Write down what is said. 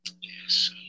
Yes